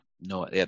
no